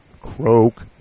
Croak